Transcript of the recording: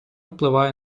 впливає